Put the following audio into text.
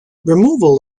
removal